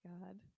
god